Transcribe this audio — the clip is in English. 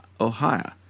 Ohio